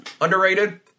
Underrated